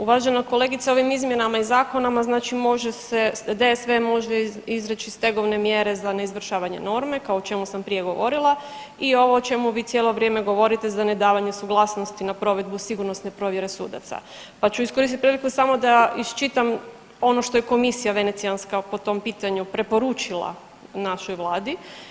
Uvažena kolegice ovim izmjenama i zakona znači može se, DVS može izreći stegovne mjere za neizvršavanje norme o čemu sam prije govorila i ovo o čemu vi cijelo vrijeme govorite za nedavanje suglasnosti na provedbu sigurnosne provjere sudaca, pa ću iskoristiti priliku samo da iščitam ono što je komisija venecijanska po tom pitanju preporučila našoj vladi.